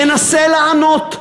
ינסה לענות,